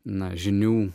na žinių